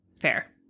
Fair